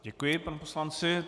Děkuji panu poslanci.